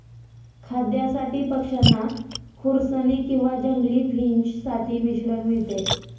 खाद्यासाठी पक्षांना खुरसनी किंवा जंगली फिंच साठी मिश्रण मिळते